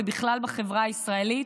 ובכלל בחברה הישראלית,